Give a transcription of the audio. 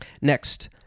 Next